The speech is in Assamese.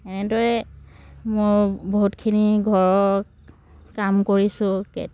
এনেদৰে মই বহুতখিনি ঘৰৰ কাম কৰিছোঁ